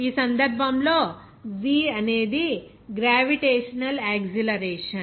ఈ సందర్భంలో g అనేది గ్రావిటేషనల్ యాక్సిలరేషన్